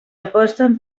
aposten